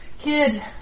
Kid